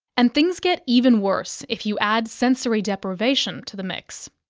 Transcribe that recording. and things get even worse if you add sensory deprivation to the mix.